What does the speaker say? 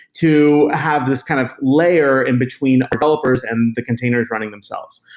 to have this kind of layer in between developers and the containers running themselves?